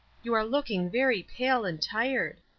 you are looking very pale and tired.